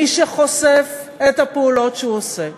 מי שחושף את הפעולות שהוא עושה,